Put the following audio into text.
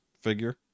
figure